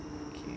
okay